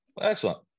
excellent